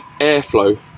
airflow